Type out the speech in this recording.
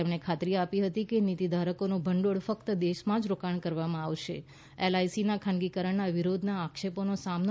મણે ખાતરી આપી હતી કે નીતિધારકોનું ભંડોળ ફક્ત દેશમાં જ રોકાણ કરવામાં આવશે એલઆઈસીના ખાનગીકરણના વિરોધના આક્ષેપોનો સામનો